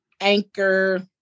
Anchor